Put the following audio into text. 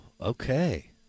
Okay